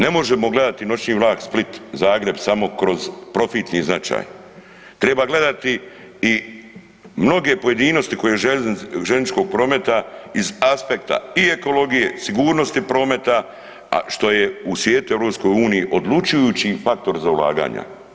Ne možemo gledati noćni vlak Split-Zagreb samo kroz profitni značaj, treba gledati i mnoge pojedinosti željezničkog prometa iz aspekta i ekologije, sigurnosti prometa, a što je u svijetu u EU odlučujući faktor za ulaganja.